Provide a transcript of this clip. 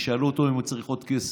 ישאלו אותו אם הוא צריך עוד כסף,